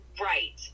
right